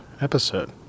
episode